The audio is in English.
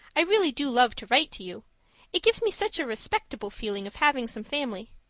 i really do love to write to you it gives me such a respectable feeling of having some family.